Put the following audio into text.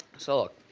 so look.